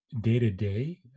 day-to-day